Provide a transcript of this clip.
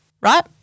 right